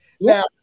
Now